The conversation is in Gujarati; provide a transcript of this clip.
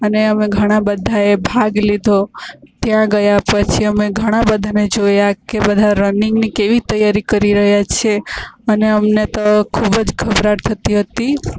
અને અમે ઘણા બધાએ ભાગ લીધો ત્યાં ગયા પછી અમે ઘણાં બધાને જોયાં કે બધા રનિંગની કેવી તૈયારી કરી રહ્યાં છે અને અમને તો ખૂબ જ ગભરાટ થતી હતી